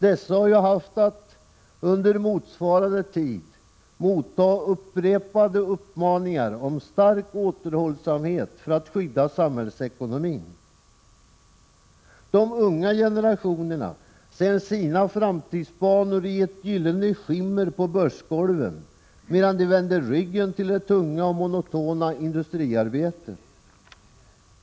Dessa har ju haft att under motsvarande tid motta upprepade uppmaningar om stark återhållsamhet för att skydda samhällsekonomin. De unga generationerna ser sina framtidsbanor i ett gyllene skimmer på börsgolven, medan de vänder ryggen till det tunga och monotona industriarbetet.